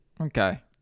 Okay